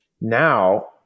Now